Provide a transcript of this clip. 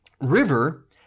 River